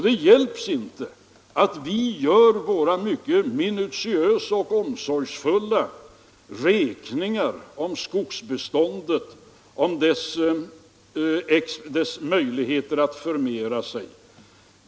Det hjälper inte att vi gör våra mycket minutiösa och omsorgsfulla beräkningar av skogsbeståndet och dess möjligheter att förmera sig.